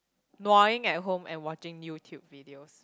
nuaing at home and watching YouTube videos